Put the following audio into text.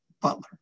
Butler